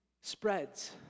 spreads